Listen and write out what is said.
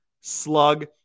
slug